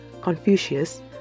Confucius